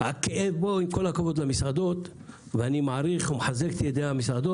עם כל הכבוד למסעדות, ויש לי הערכה